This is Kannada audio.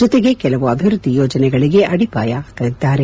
ಜತೆಗೆ ಕೆಲವು ಅಭಿವೃದ್ಧಿ ಯೋಜನೆಗಳಿಗೆ ಅಡಿಪಾಯ ಹಾಕಲಿದ್ದಾರೆ